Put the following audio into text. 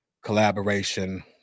collaboration